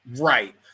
Right